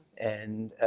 and